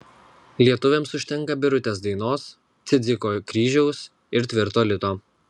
lietuviams užtenka birutės dainos cidziko kryžiaus ir tvirto lito